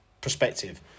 perspective